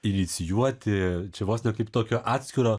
inicijuoti čia vos ne kaip tokio atskiro